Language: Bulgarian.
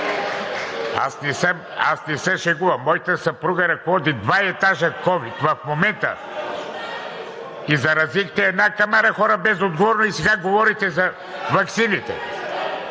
Аз не се шегувам. Моята съпруга ръководи два етажа ковид, в момента и заразихте една камара хора безотговорно и сега говорите за ваксините.